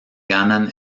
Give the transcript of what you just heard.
ganan